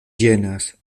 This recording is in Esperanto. ĝenas